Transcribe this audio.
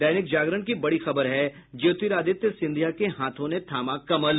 दैनिक जागरण की बड़ी खबर है ज्योतिरादित्य सिंधिया के हाथों ने थामा कमल